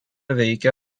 veikia